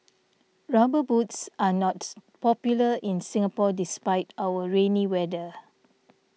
rubber boots are not popular in Singapore despite our rainy weather